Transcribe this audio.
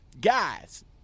guys